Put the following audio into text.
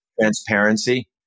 transparency